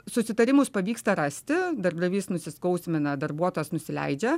susitarimus pavyksta rasti darbdavys nusiskausmina darbuotojas nusileidžia